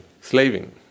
Slaving